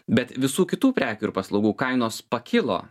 bet visų kitų prekių ir paslaugų kainos pakilo